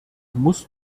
muss